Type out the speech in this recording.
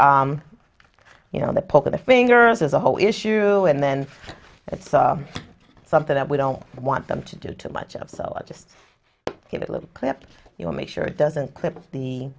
are you know the pull to the fingers is a whole issue and then it's something that we don't want them to do too much of so i just give it a little clips you know make sure it doesn't clip the